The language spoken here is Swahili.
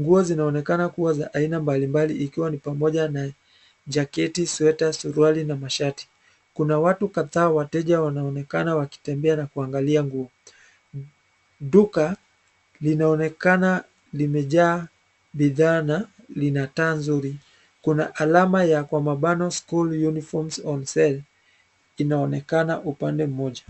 Nguo zinaonekana kuwa za aina mbali mbali ikiwa ni pamoja na, jaketi, sweta, suruali na mashati. Kuna watu kadhaa wateja wanaonekana wakitembea na kuangalia nguo. Duka, linaonekana, limejaa, bidhaa na, lina taa zuri. Kuna alama ya kwa mabano School Uniforms on Sale , inaonekana upande mmoja.